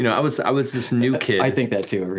you know i was i was this new kid i think that too,